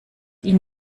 ihn